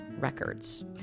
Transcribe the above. records